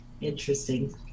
Interesting